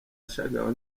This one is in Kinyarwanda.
ashagawe